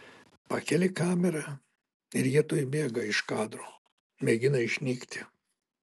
pakeli kamerą ir jie tuoj bėga iš kadro mėgina išnykti